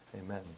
amen